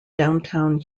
downtown